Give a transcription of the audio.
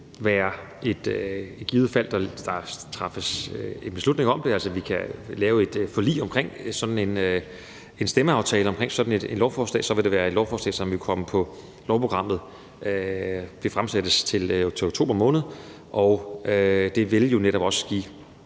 og det vil, i fald der træffes beslutning om det, altså at vi kan lave et forlig omkring sådan en stemmeaftale omkring sådan et lovforslag, være et lovforslag, som vil komme på lovprogrammet og fremsættes til oktober. Det vil jo netop også give